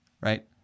Right